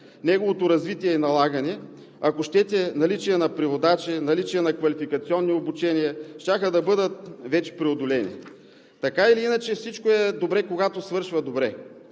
неговото развитие и налагане, ако щете наличие на преводачи и наличие на квалификационни обучения, вече щяха да бъдат преодолени. Така или иначе всичко е добре, когато свършва добре.